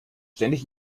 ständig